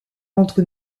entre